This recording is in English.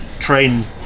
Train